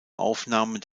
aufnahmen